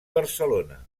barcelona